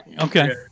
Okay